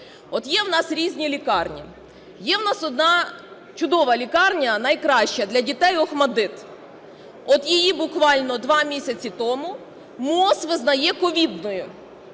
От є у нас різні лікарні. Є у нас одна чудова лікарня, найкраща, для дітей "ОХМАТДИТ". От її буквально 2 місяці тому МОЗ визнає ковідною.